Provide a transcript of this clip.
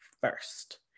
first